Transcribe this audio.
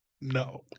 No